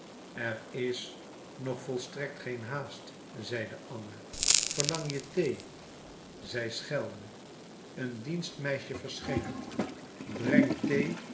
er is nog volstrekt geen haast zeide anna verlang je thee zij schelde een dienstmeisje verscheen breng